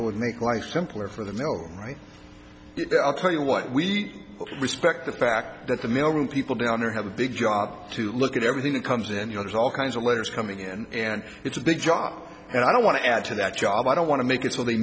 it would make life simpler for the mail right i'll tell you what we respect the fact that the mail room people down there have a big job to look at everything that comes in you know there's all kinds of letters coming in and it's a big job and i don't want to add to that job i don't want to make it so they